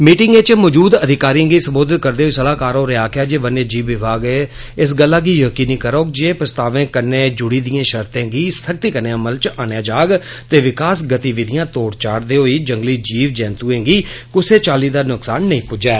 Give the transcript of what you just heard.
meeting च मौजूद अधिकारियें गी सम्बोधत करदे होई सलाहकार होरें आक्खेया जे वन्य जीव विभाग इस गल्ला गी यकीनी करोग जे प्रस्तावें कन्नै जूड़ी शर्ते गी सख्ती कन्नै अमल च आन्नेया जाग ते विकास गतिविधियां तोड़ चाड़दे होई जंगली जीव जेत्एं गी कुसै चाली दा नकसान नेंई पुज्जै